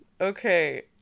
Okay